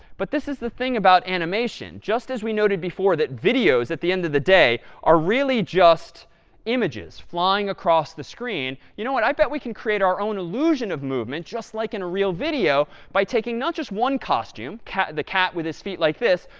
but this is the thing about animation. just as we noted before that videos, at the end of the day, are really just images flying across the screen you know what? i bet we can create our own illusion of movement, just like in a real video, by taking not just one costume, the cat with his feet like this.